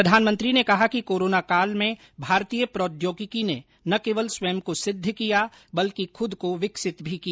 प्रधानमंत्री ने कहा कि कोरोना काल में भारतीय प्रौद्योगिकी ने न केवल स्वयं को सिद्ध किया बल्कि खूद को विकसित भी किया